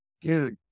dude